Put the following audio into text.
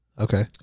Okay